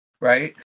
Right